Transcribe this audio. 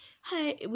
hi